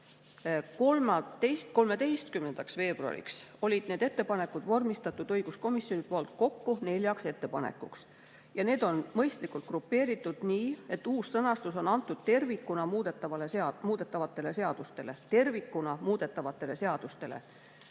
13. veebruariks olid need ettepanekud vormistatud õiguskomisjoni poolt kokku neljaks ettepanekuks. Need on mõistlikult grupeeritud nii, et on antud uus sõnastus tervikuna muudetavate seaduste